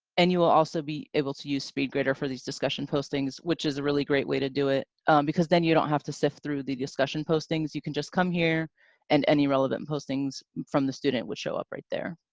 and you will also be able to use speedgrader for these discussion postings, which is a really great way to do it because then you don't have to sift through the discussion postings, you can just come here and any relevant postings from the student would show up right there.